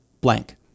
blank